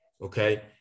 okay